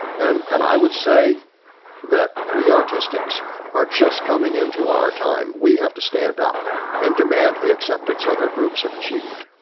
and and i would say that we autistics are just coming into our time. we have to stand up and demand the acceptance other groups have achieved.